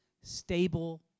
stable